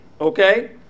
Okay